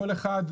כל אחד,